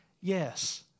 Yes